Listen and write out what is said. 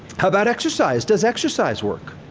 how about exercise? does exercise work?